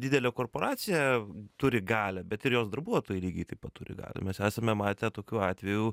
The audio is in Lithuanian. didelė korporacija turi galią bet ir jos darbuotojai lygiai taip pat turi galią mes esame matę tokių atvejų